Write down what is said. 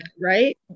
right